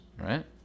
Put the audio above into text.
right